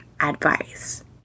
advice